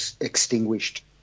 extinguished